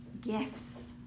Gifts